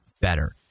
better